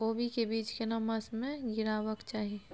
कोबी के बीज केना मास में गीरावक चाही?